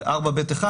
4ב1,